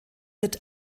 wird